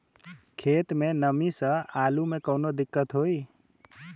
खेत मे नमी स आलू मे कऊनो दिक्कत होई?